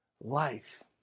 life